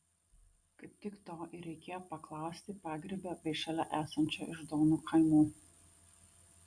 kaip tik to ir reikėjo paklausti pagrybio bei šalia esančio iždonų kaimų